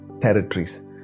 territories